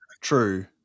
true